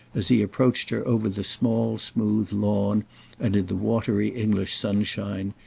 as he approached her over the small smooth lawn and in the watery english sunshine,